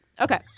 Okay